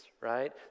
right